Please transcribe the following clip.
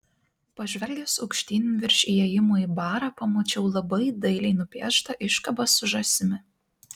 pažvelgęs aukštyn virš įėjimo į barą pamačiau labai dailiai nupieštą iškabą su žąsimi